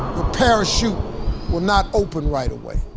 parachute will not open right away.